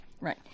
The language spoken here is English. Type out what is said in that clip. Right